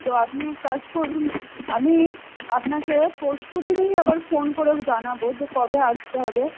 তো আপনি এক কাজ করুন আমি আপনাকে পরশুদিনই আবার ফোন করে জানাব যে কবে আসতে হবে